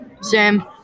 Sam